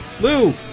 Lou